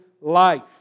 life